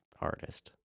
artist